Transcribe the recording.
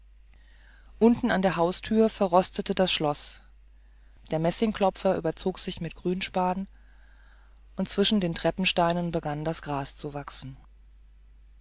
unten in der haustür verrostete das schloß den messingklopfer überzog der grünspan und zwischen den treppensteinen begann das gras zu wachsen